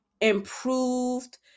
improved